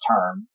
term